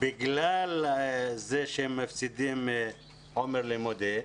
לא רק בגלל שהם מפסידים חומר לימודי,